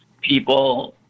people